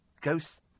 ghost